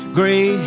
gray